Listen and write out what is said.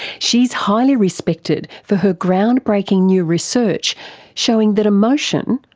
she's highly respected for her ground-breaking new research showing that emotion,